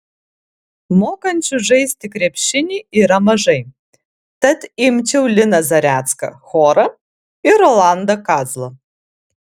mokančių žaisti krepšinį yra mažai tad imčiau liną zarecką chorą ir rolandą kazlą